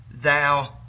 Thou